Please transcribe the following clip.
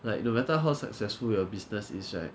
like no matter how successful your business is right